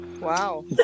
Wow